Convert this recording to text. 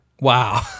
Wow